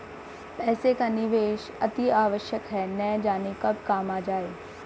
पैसे का निवेश अतिआवश्यक है, न जाने कब काम आ जाए